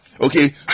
okay